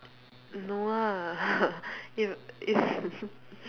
no ah if if